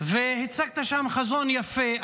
הצגת שם חזון יפה.